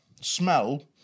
smell